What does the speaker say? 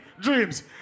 dreams